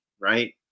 right